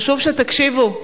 חשוב שתקשיבו,